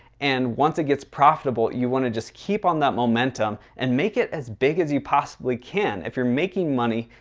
and once it gets profitable, you want to just keep on that momentum and make it as big as you possibly can. if you're making money.